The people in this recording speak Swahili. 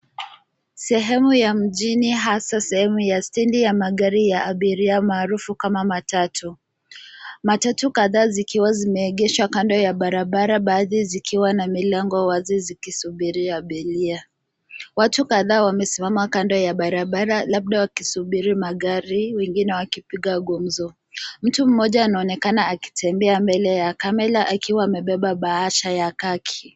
Sehemu ya mjini hasa sehemu ya stendi ya magari ya abiria maarufu kama matatu. Matatu kadhaa zikiwa zimeegeshwa kando ya barabara, baadhi zikiwa na milango wazi zikisubiri abiria. Watu kadhaa wamesimama kando ya barabara wakisubiri magari wengine wakipiga gumzo. Mtu mmoja anaonekana akitembea mbele ya kamera akiwa amebeba bahasha ya kaki.